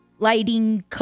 lighting